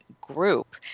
group